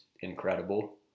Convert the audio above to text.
incredible